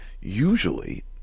Usually